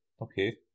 okay